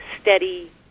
Steady